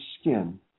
skin